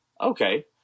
okay